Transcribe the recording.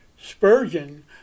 Spurgeon